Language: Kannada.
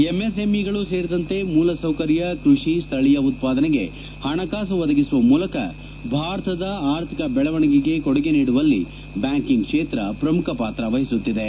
ಎಂಎಸ್ಎಂಇಗಳು ಸೇರಿದಂತೆ ಮೂಲಸೌಕರ್ಯ ಕ್ವಡಿ ಸ್ತಳೀಯ ಉತ್ಸಾದನೆಗೆ ಹಣಕಾಸು ಒದಗಿಸುವ ಮೂಲಕ ಭಾರತದ ಆರ್ಥಿಕ ಬೆಳವಣಿಗೆಗೆ ಕೊಡುಗೆ ನೀಡುವಲ್ಲಿ ಬ್ಯಾಂಕಿಂಗ್ ಕ್ಷೇತ್ರ ಪ್ರಮುಖ ಪಾತ್ರ ವಹಿಸುತ್ತಿದೆ